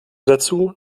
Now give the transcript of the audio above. dazu